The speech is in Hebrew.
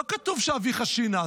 לא כתוב: אביך ציווה.